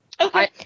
Okay